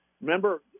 remember